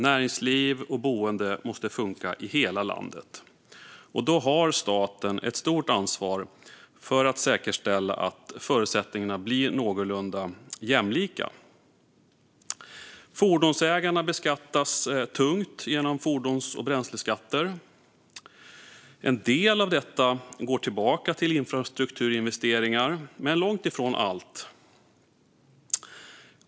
Näringsliv och boende måste funka i hela landet, och då har staten ett stort ansvar för att säkerställa att förutsättningarna blir någorlunda jämlika. Fordonsägare beskattas tungt genom fordons och bränsleskatter. En del av detta går tillbaka till infrastrukturinvesteringar, men långt ifrån allt.